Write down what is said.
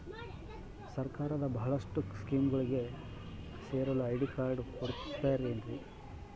ಸರ್ಕಾರದ ಬಹಳಷ್ಟು ಸ್ಕೇಮುಗಳಿಗೆ ಸೇರಲು ಐ.ಡಿ ಕಾರ್ಡ್ ಕೊಡುತ್ತಾರೇನ್ರಿ?